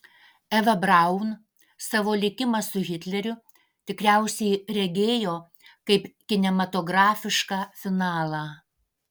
eva braun savo likimą su hitleriu tikriausiai regėjo kaip kinematografišką finalą